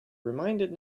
reminded